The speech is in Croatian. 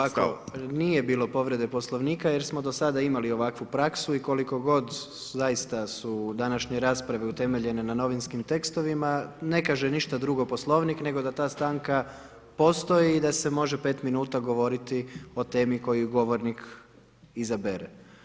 Dakle ovako, nije bilo povrede Poslovnika jer smo do sada imali ovakvu praksu i koliko god zaista su današnje rasprave utemeljene na novinskim tekstovima ne kaže ništa drugo Poslovnik nego da stanka postoji i da se može 5 minuta govoriti o temi koju govornik izabere.